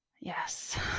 Yes